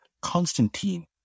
Constantine